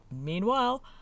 meanwhile